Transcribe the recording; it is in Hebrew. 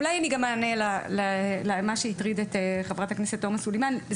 אולי אני אענה למה שהטריד את חברת הכנסת תומא סלימאן.